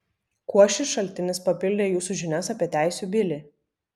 kuo šis šaltinis papildė jūsų žinias apie teisių bilį